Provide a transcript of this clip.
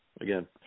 again